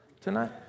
tonight